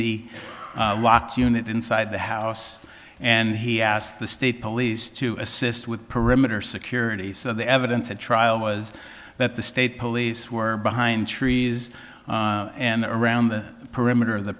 watch unit inside the house and he asked the state police to assist with perimeter security so the evidence at trial was that the state police were behind trees and around the perimeter of the